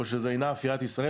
או שזה אינה אפיית ישראל,